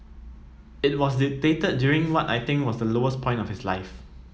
it was dictated during what I think was the lowest point of his life